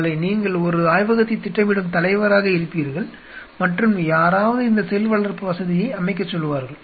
நாளை நீங்கள் ஒரு ஆய்வகத்தைத் திட்டமிடும் தலைவராக இருப்பீர்கள் மற்றும் யாராவது இந்த செல் வளர்ப்பு வசதியை அமைக்கச் சொல்வார்கள்